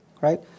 right